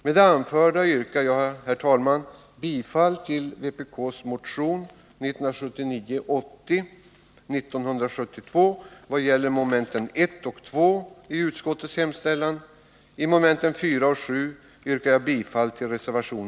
Med det anförda yrkar jag, herr talman, bifall till vpk:s motion